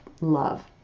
love